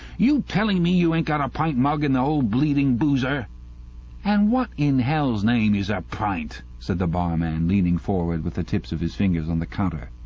you telling me you ain't got a pint mug in the ole bleeding boozer and what in hell's name is a pint said the barman, leaning forward with the tips of his fingers on the counter.